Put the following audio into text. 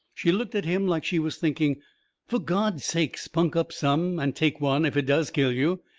she looked at him like she was thinking fur god's sake, spunk up some, and take one if it does kill you!